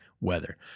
weather